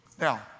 Now